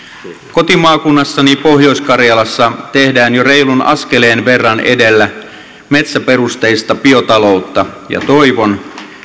kotimaakunnassani pohjois karjalassa tehdään jo reilun askeleen verran edellä metsäperusteista biotaloutta ja toivon